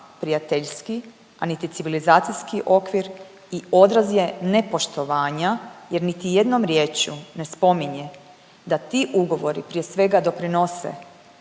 prijateljski, a niti civilizacijski okvir i odraz je nepoštovanja jer niti jednom riječju ne spominje da ti ugovori prije svega doprinose